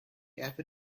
ever